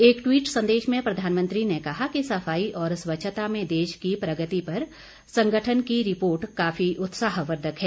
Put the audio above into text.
एक ट्वीट संदेश में प्रधानमंत्री ने कहा कि सफाई और स्वच्छता में देश की प्रगति पर संगठन की रिपोर्ट काफी उत्साहवर्द्वक है